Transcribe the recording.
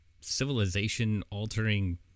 civilization-altering